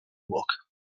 look